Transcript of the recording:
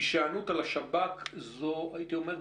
הישענות על השב"כ הייתי אומר,